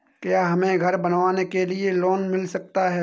क्या हमें घर बनवाने के लिए लोन मिल सकता है?